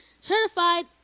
certified